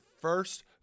first